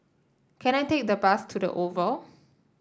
can I take the bus to the Oval